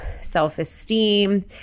self-esteem